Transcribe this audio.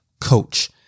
coach